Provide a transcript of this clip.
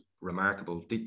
remarkable